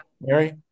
Mary